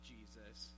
Jesus